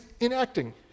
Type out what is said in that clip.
enacting